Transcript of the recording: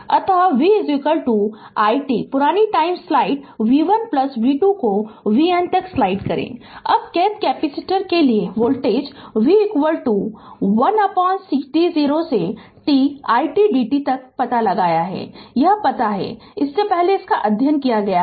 अत v it पुरानी slide समय v1 v2 को vn तक स्लाइड करें अब kth कैपेसिटर के लिए वोल्टेज v 1c t0 से t it dt तक पता है कि यह पता है कि इससे पहले इसका अध्ययन किया गया है